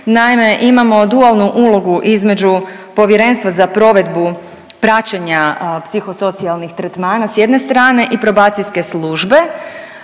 Naime, imamo dualnu ulogu između Povjerenstva za provedbu praćenja psihosocijalnih tretmana s jedne strane i Probacijske službe,